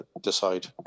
decide